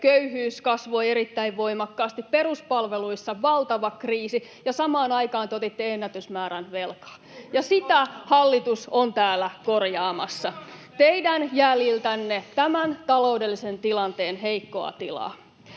kasvoi erittäin voimakkaasti, peruspalveluissa oli valtava kriisi, ja samaan aikaan te otitte ennätysmäärän velkaa. [Jussi Saramon välihuuto] Ja sitä hallitus on täällä korjaamassa: teidän jäljiltänne tämän taloudellisen tilanteen heikkoa tilaa.